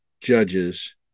judges